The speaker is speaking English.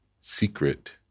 secret